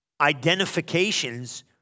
identifications